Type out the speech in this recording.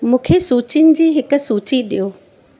मुखे सूचियुनि जी हिकु सूची ॾियो